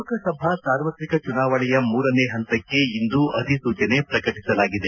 ಲೋಕಸಭಾ ಸಾರ್ವತ್ರಿಕ ಚುನಾವಣೆಯ ಮೂರನೇ ಹಂತಕ್ಷೆ ಇಂದು ಅಧಿಸೂಚನೆ ಪ್ರಕಟಿಸಲಾಗಿದೆ